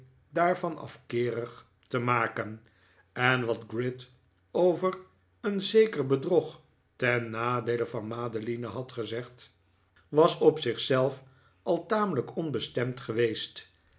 daarvan afkeerig te maken en wat gride over een zeker bedrog ten nadeele van madeline had gezegd was op zich zelf al tamelijk onbestemd geweest